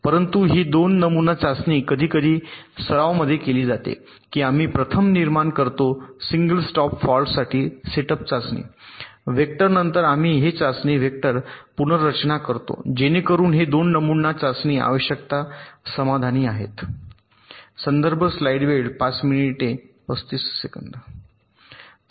परंतु ही 2 नमुना चाचणी कधीकधी सराव मध्ये केली जाते की आम्ही प्रथम निर्माण करतो सिंगल स्टॉप फॉल्ट्स साठी सेटअप चाचणी वेक्टर नंतर आम्ही हे चाचणी वेक्टर पुनर्रचना करतो जेणेकरून हे 2 नमुना चाचणी आवश्यकता समाधानी आहेत